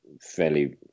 Fairly